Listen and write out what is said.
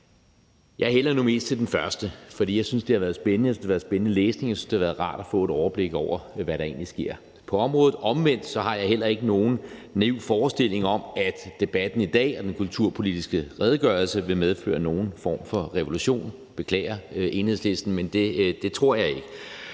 Jeg hælder mest til den første, for jeg synes, det har været spændende læsning, og jeg synes, det har været rart at få et overblik over, hvad der egentlig sker på området. Omvendt har jeg heller ikke nogen naiv forestilling om, at debatten i dag og den kulturpolitiske redegørelse vil medføre nogen form for revolution. Jeg beklager, vil jeg sige til Enhedslisten, men det tror jeg ikke.